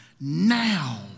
now